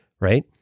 right